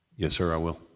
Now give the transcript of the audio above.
yes, sir, i will.